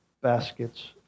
baskets